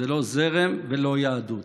זה לא זרם ולא יהדות.